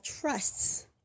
trusts